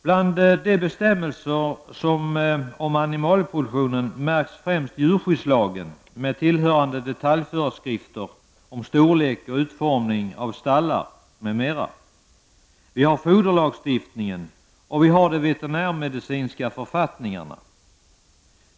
Bland bestämmelserna om animalieproduktionen märks främst djurskyddslagen med tillhörande detaljföreskrifter om storlek och utformning av stallar m.m. Vi har foderlagstiftningar och vi har de veterinärmedicinska författningarna.